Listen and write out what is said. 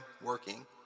working